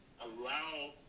allow